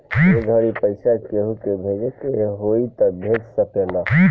ए घड़ी पइसा केहु के भेजे के होई त भेज सकेल